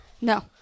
No